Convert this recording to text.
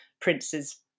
Prince's